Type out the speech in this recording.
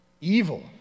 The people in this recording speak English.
evil